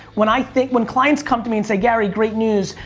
when i think, when clients come to me and say, gary, great news.